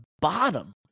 bottom